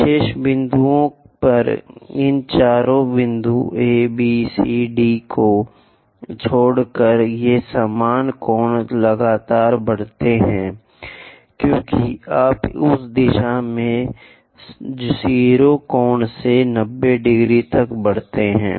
शेष बिंदुओं पर इन चार बिंदुओं A B C D को छोड़कर ये सामान्य कोण लगातार बढ़ते हैं क्योंकि आप उस दिशा में 0 कोण से 90 ° तक बढ़ते हैं